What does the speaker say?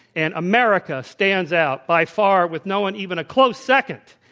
and america stands out by far, with no one even a close second,